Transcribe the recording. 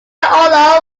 all